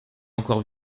encore